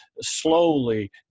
slowly